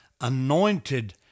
anointed